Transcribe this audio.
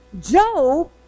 Job